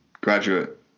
graduate